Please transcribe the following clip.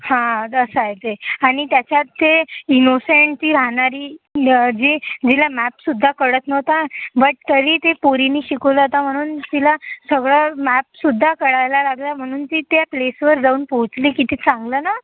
हा त असा आहे ते आणि त्याझ्यात ते इंनोसेन्ट ती अनाडी जे तिला मॅप सुद्धा कळत न्हवता बट तरी ती पोरीने शिखवला होता म्हणून तिला सगळं मॅपसुद्धा कळायला लागला म्हणून ती त्या प्लेस वरती जाऊन पोहचली किती चांगलं ना